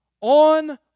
on